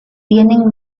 tienen